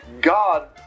God